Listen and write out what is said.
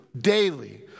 daily